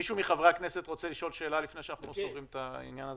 מישהו מחברי הכנסת רוצה לשאול שאלה לפני שאנחנו סוגרים את העניין הזה?